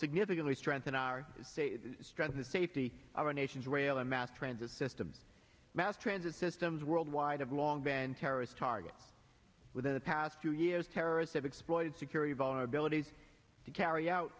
significantly strengthen our state strengthen the safety of our nation's rail mass transit system mass transit systems worldwide have long been terrorist target within the past few years terrorists have exploited security vulnerabilities to carry out